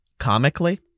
Comically